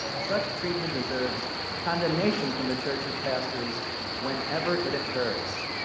such treatment deserves condemnation from the church's pastors whenever it occurs.